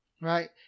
right